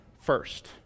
first